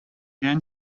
then